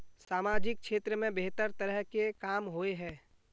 सामाजिक क्षेत्र में बेहतर तरह के काम होय है?